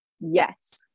yes